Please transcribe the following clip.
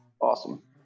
Awesome